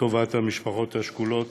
לטובת המשפחות השכולות,